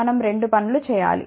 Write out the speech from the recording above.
మనం 2 పనులు చేయాలి